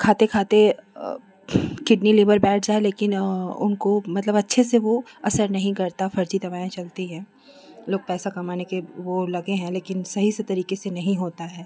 खाते खाते लेबल बढ़ जाएँ लेकिन उनको मतलब अच्छे से वो असर नहीं करता फर्जी दवाएँ चलती हैं लोग पैसा कमाने के लगे हैं लेकिन सही तरीके से नहीं होता है